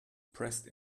pressed